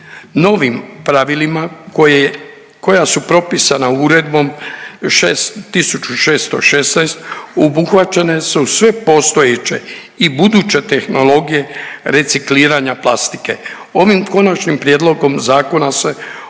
Novim pravilima koje, koja su propisana uredbom 1616 obuhvaćene su sve postojeće i buduće tehnologije recikliranja plastike. Ovim konačnim prijedlogom zakona se